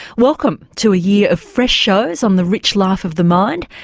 welcome to a year of fresh shows on the rich life of the mind.